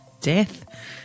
death